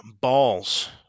balls